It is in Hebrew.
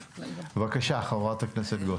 בבקשה, חברת הכנסת גוטליב.